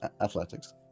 Athletics